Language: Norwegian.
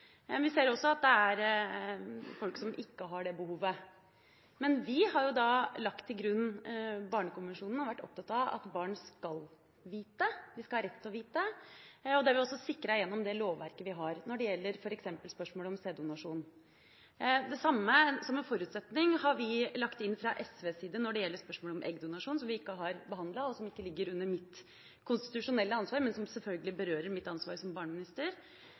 vi ser også at det er folk som ikke har det behovet. Vi har lagt til grunn Barnekonvensjonen og vært opptatt av at barn skal ha rett til å vite. Det har vi også sikret gjennom lovverket vi har når det gjelder f.eks. spørsmålet om sæddonasjon. Det samme har vi, fra SVs side, lagt inn som en forutsetning når det gjelder spørsmålet om eggdonasjon, som vi ikke har behandlet, og som ikke ligger under mitt konstitusjonelle ansvar, men som selvfølgelig berører mitt ansvar som barneminister.